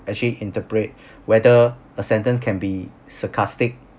actually interpret whether a sentence can be sarcastic